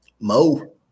Mo